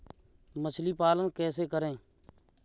मछली पालन कैसे करें?